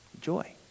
joy